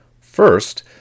First